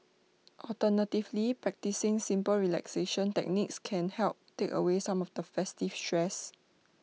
alternatively practising simple relaxation techniques can help take away some of the festive stress